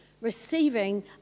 receiving